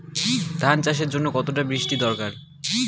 ধান চাষের জন্য কতটা বৃষ্টির দরকার?